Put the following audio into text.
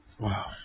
Wow